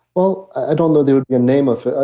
well, i don't know there would be a name of it.